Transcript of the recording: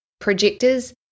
projectors